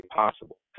possible